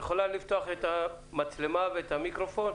את יכולה לפתוח את המצלמה ואת המיקרופון?